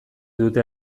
dute